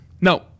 No